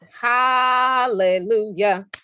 hallelujah